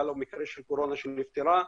היה לו מקרה של אישה שנפטרה מקורונה.